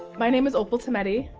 my name is opal tometi.